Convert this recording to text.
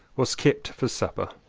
was kept for supper.